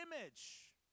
image